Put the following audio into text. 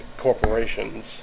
corporations